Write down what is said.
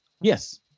Yes